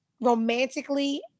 romantically